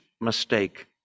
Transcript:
mistake